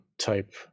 type